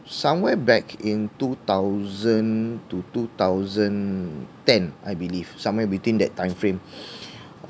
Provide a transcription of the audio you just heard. some where back in two thousand to two thousand ten I believe somewhere between that time frame